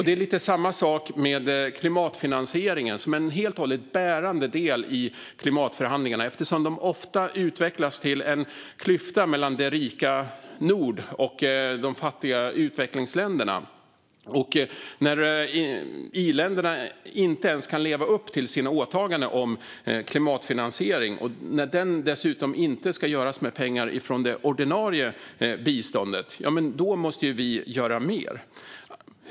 Det är lite samma sak med klimatfinansieringen, som är en helt bärande del i klimatförhandlingarna eftersom dessa ofta utvecklas till en klyfta mellan det rika nord och de fattiga utvecklingsländerna. När i-länderna inte ens kan leva upp till sina åtaganden om klimatfinansiering, och när denna dessutom inte ska göras med pengar från det ordinarie biståndet, måste vi göra mer.